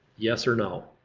yes or no.